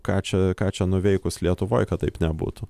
ką čia ką čia nuveikus lietuvoj kad taip nebūtų